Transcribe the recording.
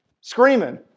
Screaming